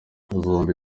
zombi